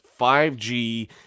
5G